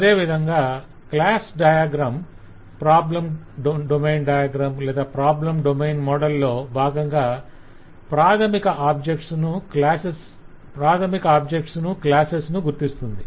అదే విధంగా class diagram problem domain diagram problem domain model లో భాగంగా ప్రాధమిక ఆబ్జెక్ట్స్ ను క్లాసెస్ ను గుర్తిస్తుంది